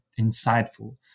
insightful